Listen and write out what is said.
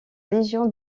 légion